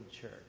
church